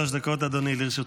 עד שלוש דקות אדוני, לרשותך.